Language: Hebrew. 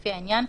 לפי העניין,